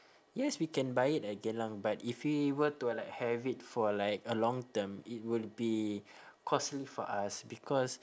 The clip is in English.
yes we can buy it at geylang but if we were to like have it for like a long term it will be costly for us because